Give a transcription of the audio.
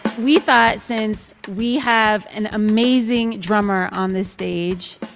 we thought, since we have an amazing drummer on this stage,